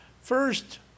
first